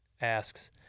asks